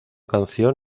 canción